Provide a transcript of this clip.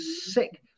sick